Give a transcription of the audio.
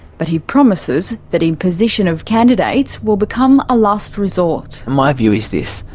but he promises that imposition of candidates will become a last resort. my view is this,